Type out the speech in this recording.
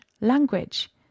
language